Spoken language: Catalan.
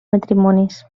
matrimonis